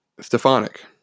Stefanik